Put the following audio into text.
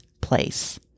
place